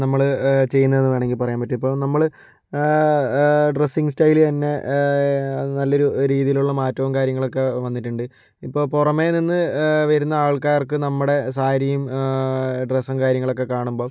നമ്മൾ ചെയ്യുന്നതെന്നു വേണമെങ്കിൽ പറയാൻ പറ്റും ഇപ്പോൾ നമ്മൾ ഡ്രസ്സിംഗ് സ്റ്റൈൽ തന്നെ നല്ലൊരു രീതിയിലുള്ള മാറ്റവും കാര്യങ്ങളൊക്കെ വന്നിട്ടുണ്ട് ഇപ്പോൾ പുറമേനിന്ന് വരുന്ന ആൾക്കാർക്ക് നമ്മുടെ സാരിയും ഡ്രസ്സും കാര്യങ്ങളൊക്കെ കാണുമ്പോൾ